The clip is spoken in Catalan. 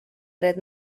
dret